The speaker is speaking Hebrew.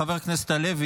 חבר הכנסת הלוי,